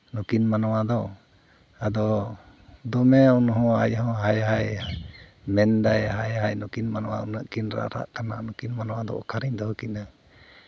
ᱱᱩᱠᱤᱱ ᱢᱟᱱᱣᱟ ᱫᱚ ᱟᱫᱚ ᱫᱚᱢᱮ ᱩᱱᱦᱚᱸ ᱟᱡ ᱦᱚᱸ ᱦᱟᱭ ᱦᱟᱭ ᱢᱮᱱᱫᱟᱭ ᱦᱟᱭ ᱦᱟᱭ ᱱᱩᱠᱤᱱ ᱢᱟᱱᱣᱟ ᱱᱩᱱᱟᱹᱜ ᱠᱤᱱ ᱨᱟᱨᱟᱜ ᱠᱟᱱᱟ ᱱᱩᱠᱤᱱ ᱢᱟᱱᱣᱟ ᱫᱚ ᱚᱠᱟᱨᱤᱧ ᱫᱚᱦᱚ ᱠᱤᱱᱟ